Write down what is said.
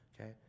okay